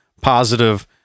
positive